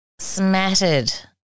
smattered